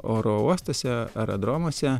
oro uostuose aerodromuose